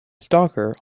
stalker